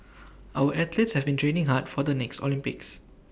our athletes have been training hard for the next Olympics